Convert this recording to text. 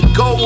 go